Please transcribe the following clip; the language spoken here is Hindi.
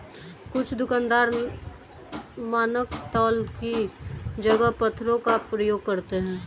कुछ दुकानदार मानक तौल की जगह पत्थरों का प्रयोग करते हैं